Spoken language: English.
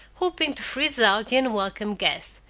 hoping to freeze out the unwelcome guest,